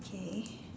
okay